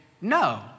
no